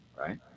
right